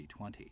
2020